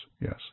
yes